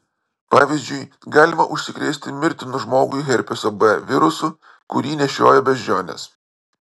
pavyzdžiui galima užsikrėsti mirtinu žmogui herpeso b virusu kurį nešioja beždžionės